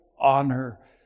honor